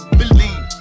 believe